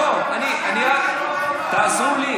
לא, תעזרו לי.